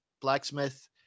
Blacksmith